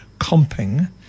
comping